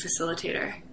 facilitator